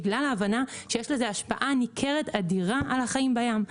בגלל ההבנה שיש לזה השפעה ניכרת ואדירה על החיים בים.